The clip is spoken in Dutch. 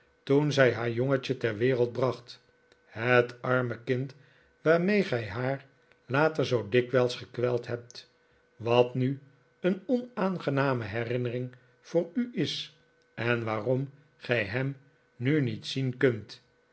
toen zij haar jongetje ter wereld bracht het arme kind waarmee gij haar later zoo dikwijls gekweld hebt wat nu een onaangename herinnering voor u is en waarom gij hem nu niet zien kunt